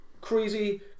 crazy